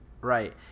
Right